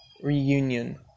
Reunion